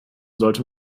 sollte